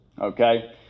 Okay